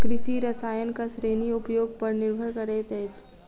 कृषि रसायनक श्रेणी उपयोग पर निर्भर करैत अछि